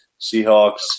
Seahawks